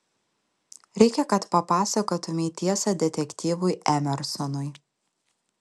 reikia kad papasakotumei tiesą detektyvui emersonui